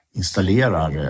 installerar